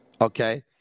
Okay